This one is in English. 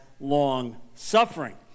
long-suffering